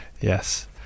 Yes